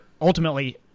ultimately